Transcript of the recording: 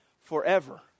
forever